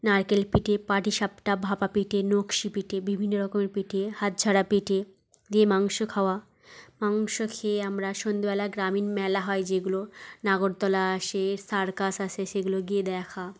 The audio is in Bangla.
নারকেল পিঠে পাটিসাপটা ভাপা পিঠে নকশি পিঠে বিভিন্ন রকমের পিঠে হাত ঝারা পিঠে দিয়ে মাংস খাওয়া মাংস খেয়ে আমরা সন্ধ্যেবেলা গ্রামীণ মেলা হয় যেগুলো নাগরদোলা সে সার্কাস আসে সেগুলো গিয়ে দেখা